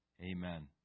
Amen